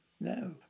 no